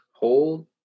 Hold